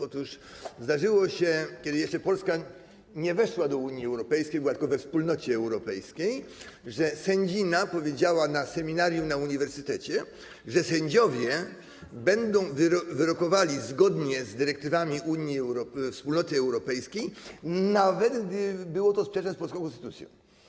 Otóż zdarzyło się - kiedy jeszcze Polska nie weszła do Unii Europejskiej, była tylko we Wspólnocie Europejskiej - że pani sędzia powiedziała na seminarium na uniwersytecie, że sędziowie będą wyrokowali zgodnie z dyrektywami Wspólnoty Europejskiej, nawet gdyby było to sprzeczne z polską konstytucją.